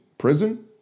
Prison